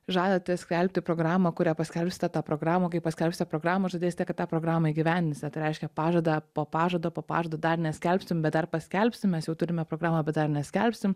žadate skelbti programą kuria paskelbsite tą programą o kai paskelbsite programą žadėsite kad tą programą įgyvendinsite tai reiškia pažadą po pažado po pažado dar neskelbsim bet dar paskelbsim mes jau turime programą bet dar neskelbsim